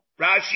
Rashi